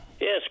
Yes